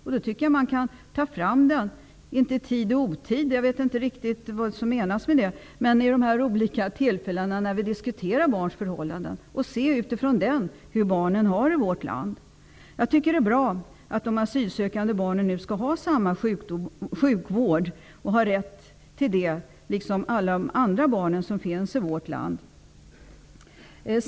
Jag tycker att man kan åberopa den -- inte i tid och otid; jag vet inte vad som menas med det -- vid de olika tillfällen som barns förhållanden diskuteras, för att med utgångspunkt i den konstatera hur barnen har det i vårt land. Det är bra att de asylsökande barnen nu skall få rätt till samma sjukvård, precis som andra barn i vårt land.